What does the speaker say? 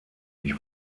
ich